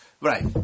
Right